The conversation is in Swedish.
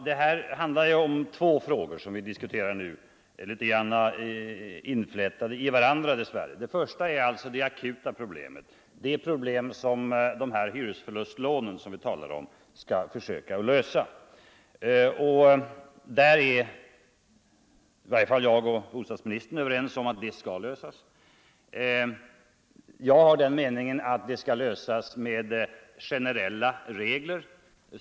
Fru talman! Det är ju två frågor vi diskuterar nu — litet grand inflätade i varandra, dess värre. Den första är de akuta problemen. Jag och bostadsministern är i varje fall överens om att de skall lösas. Jag har uppfattningen att de skall lösas med generella regler.